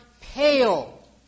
pale